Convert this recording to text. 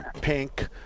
Pink